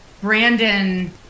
Brandon